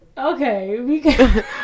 Okay